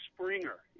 Springer